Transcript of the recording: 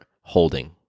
holding